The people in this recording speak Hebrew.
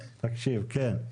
כן.